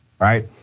right